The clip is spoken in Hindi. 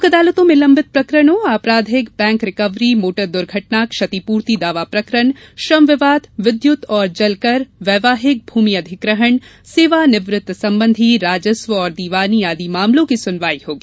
लोक अदालतों में लम्बित प्रकरणों आपराधिक बैंक रिकवरी मोटर दुर्घटना क्षतिपूर्ति दावा प्रकरण श्रम विवाद विद्युत एवं जल कर वैवाहिक भूमि अधिग्रहण सेवा निवृत्त संबंधी राजस्व और दीवानी आदि मामलों की सुनवाई होगी